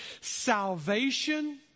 Salvation